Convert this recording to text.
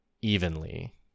evenly